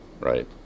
right